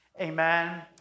amen